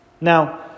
Now